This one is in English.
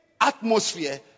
atmosphere